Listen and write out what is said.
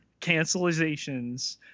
cancelizations